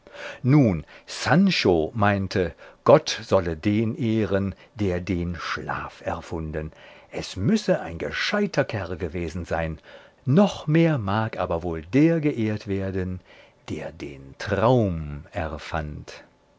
nun sancho meinte gott solle den ehren der den schlaf erfunden es müsse ein gescheiter kerl gewesen sein noch mehr mag aber wohl der geehrt werden der den traum erfand